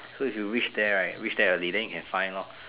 so if you reach there right reach there early then you can find lor